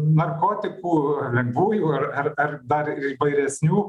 narkotikų ar lengvųjų ar ar ar dar įvairesnių